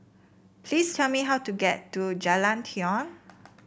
please tell me how to get to Jalan Tiong